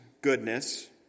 goodness